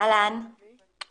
הגברת איילת גרינבאום אריזון,